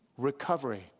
recovery